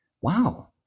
Wow